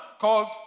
called